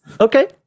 Okay